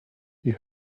you